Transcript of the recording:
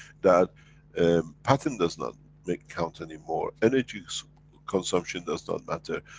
that and patent does not. make. count anymore, energy's consumption does not matter,